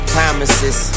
Promises